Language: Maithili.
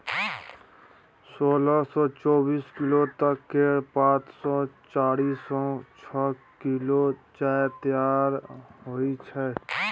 सोलह सँ चौबीस किलो तक केर पात सँ चारि सँ छअ किलो चाय तैयार होइ छै